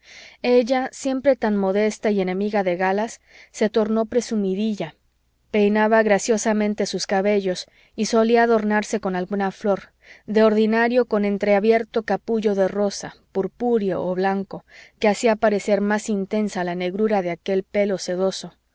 ella siempre tan modesta y enemiga de galas se tornó presumidilla peinaba graciosamente sus cabellos y solía adornarse con alguna flor de ordinario con entreabierto capullo de rosa purpúreo o blanco que hacía parecer más intensa la negrura de aquel pelo sedoso